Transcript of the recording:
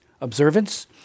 observance